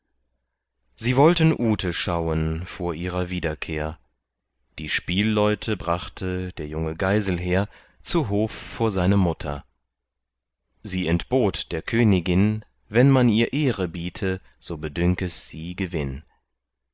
sie wollten ute schauen vor ihrer wiederkehr die spielleute brachte der junge geiselher zu hof vor seine mutier sie entbot der königin wenn man ihr ehre biete so bedünk es sie gewinn